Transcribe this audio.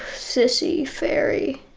sissy, fairy,